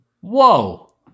whoa